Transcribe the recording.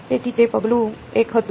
તેથી તે પગલું 1 હતું